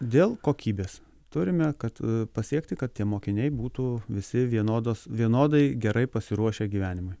dėl kokybės turime kad pasiekti kad tie mokiniai būtų visi vienodos vienodai gerai pasiruošę gyvenimui